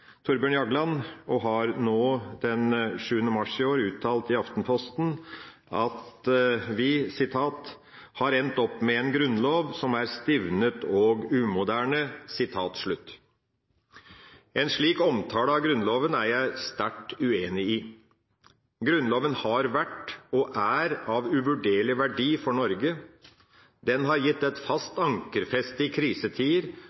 Thorbjørn Jagland, og han uttalte i Aftenposten den 7. mars i år at vi «har endt opp med en grunnlov som er stivnet og umoderne». En slik omtale av Grunnloven er jeg sterkt uenig i. Grunnloven har vært og er av uvurderlig verdi for Norge. Den har gitt et